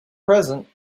present